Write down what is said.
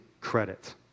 credit